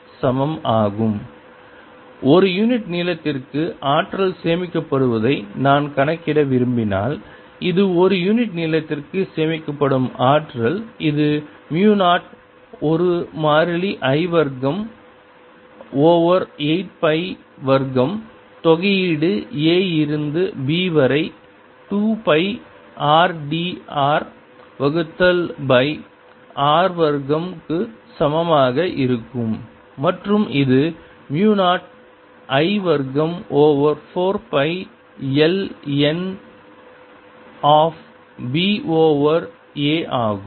B0I2πr Energy density12002I242r20I282r2 ஒரு unit நீளத்திற்கு ஆற்றல் சேமிக்கப்படுவதை நான் கணக்கிட விரும்பினால் இது ஒரு யூனிட் நீளத்திற்கு சேமிக்கப்படும் ஆற்றல் இது மு 0 ஒரு மாறிலி I வர்க்கம் ஓவர் 8 பை வர்க்கம் தொகையீடு a இருந்து b வரை 2 பை r d r வகுத்தல் பை r வர்க்கம் க்கு சமமாக இருக்கும் மற்றும் இது மு 0 I வர்க்கம் over 4 pi l n of b ஓவர் a ஆகும்